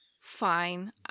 fine